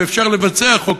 ואפשר לבצע חוק,